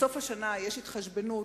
בסוף השנה יש התחשבנות,